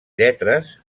lletres